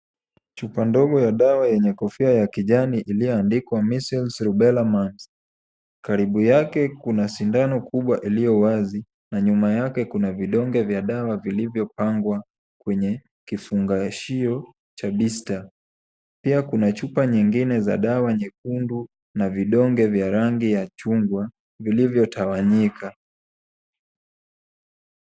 Chupa ndogo ya dawa yenye kofia ya kijani iliyoandikwa Measles, Rubella Mumps . Karibu yake, kuna sindano kubwa iliyo wazi, na nyuma yake kuna vidonge vya dawa vilivyopangwa kwenye kifungashio cha bista. Pia kuna chupa nyingine za dawa nyekundu na vidonge vya rangi ya chungwa vilivyotawanyika.